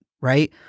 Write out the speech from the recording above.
right